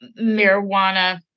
marijuana